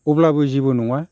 अब्लाबो जेबो नङा